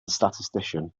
statistician